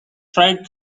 fried